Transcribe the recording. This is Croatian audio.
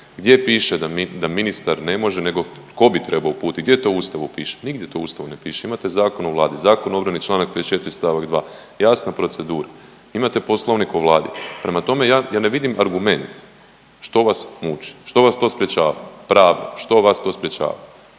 je piše da ministar ne može, nego tko bi trebao uputiti? Gdje to u Ustavu piše? Nigdje to u Ustavu ne piše. Imate Zakon o vladi, Zakon o obrani Članak 24. stavak 2., jasna procedura, imate Poslovnik o Vladi. Prema tome ja, ja ne vidim argument što vas muči, što vas to sprječava pravno, što vas to sprječava?